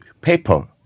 paper